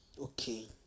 Okay